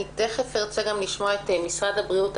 אני ארצה לשמוע גם את משרד הבריאות.